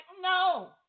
No